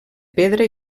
pedra